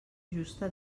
justa